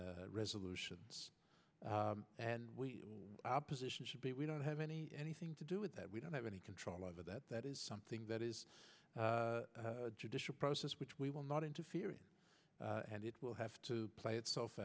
un resolutions and we our position should be we don't have any anything to do with that we don't have any control over that that is something that is judicial process which we will not interfere in and it will have to play itself